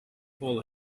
hole